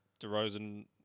DeRozan